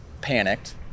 panicked